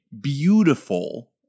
beautiful